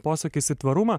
posakis į tvarumą